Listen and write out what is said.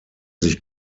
sich